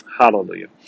Hallelujah